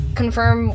confirm